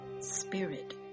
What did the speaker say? spirit